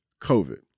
COVID